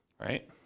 right